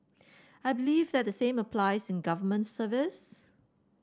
I believe that the same applies in government service